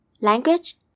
language